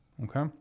Okay